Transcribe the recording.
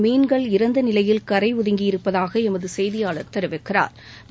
மீன்கள் இறந்த நிலையில் கரை ஒதுங்கியிருப்பதாக எமது செய்தியாளா் தெரிவிக்கிறாா்